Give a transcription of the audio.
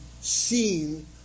seen